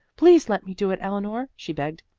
please let me do it, eleanor, she begged.